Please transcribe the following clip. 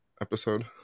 Episode